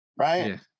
right